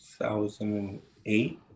2008